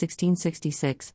1666